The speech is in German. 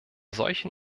solchen